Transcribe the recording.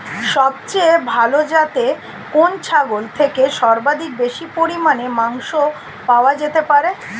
সবচেয়ে ভালো যাতে কোন ছাগল থেকে সর্বাধিক বেশি পরিমাণে মাংস পাওয়া যেতে পারে?